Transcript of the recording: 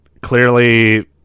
clearly